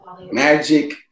Magic